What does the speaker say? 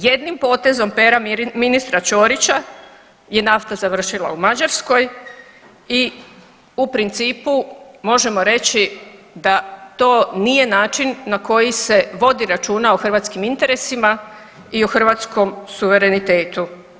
Jednim potezom pera ministra Ćorića je nafta završila u Mađarskoj i u principu možemo reći da to nije način na koji se vodi računa o hrvatskim interesima i o hrvatskom suverenitetu.